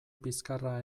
bizkarra